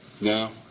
No